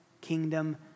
kingdom